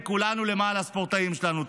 וכולנו למען הספורטאים שלנו.